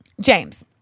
James